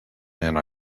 and